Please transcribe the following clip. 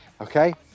okay